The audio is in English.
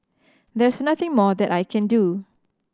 there's nothing more that I can do